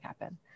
happen